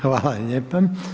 Hvala lijepa.